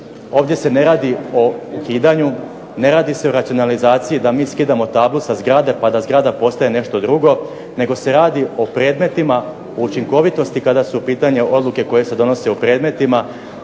Ovdje se ne radi o ukidanju, ne radi se o racionalizaciji da mi skidamo tablu sa zgrade pa da zgrada postaje nešto drugo nego se radi o predmetima, učinkovitosti kada su u pitanju odluke koje se donose u predmetima.